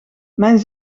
mijn